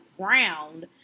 ground